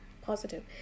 positive